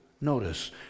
notice